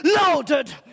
loaded